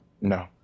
No